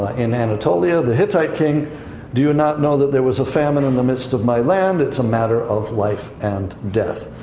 ah in anatolia, the hittite king do you not know that there was a famine in the midst of my land? it's a matter of life and death.